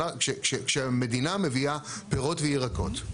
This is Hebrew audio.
כשהמדינה מביאה פירות וירקות,